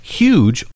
huge